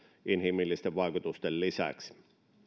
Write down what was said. inhimillisten vaikutusten lisäksi